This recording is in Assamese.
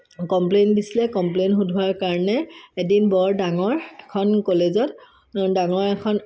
কমপ্লেইন দিছিলে কমপ্লেইন সোধোৱাৰ কাৰণে এদিন বৰ ডাঙৰ এখন কলেজত ডাঙৰ এখন